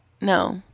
No